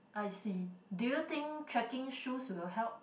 I see do you think trekking shoes will help